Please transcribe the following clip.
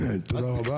תודה רבה.